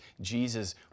Jesus